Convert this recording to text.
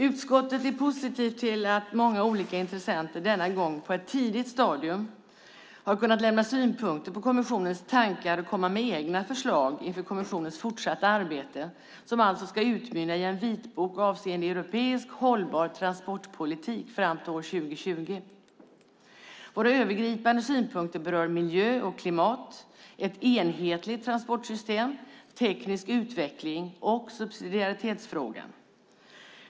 Utskottet är positivt till att många olika intressenter denna gång på ett tidigt stadium har kunnat lämna synpunkter på kommissionens tankar och komma med egna förslag inför kommissionens fortsatta arbete, som alltså ska utmynna i en vitbok avseende europeisk hållbar transportpolitik fram till år 2020. Våra övergripande synpunkter berör miljö och klimat, ett enhetligt transportsystem, teknisk utveckling och subsidiaritetsfrågan.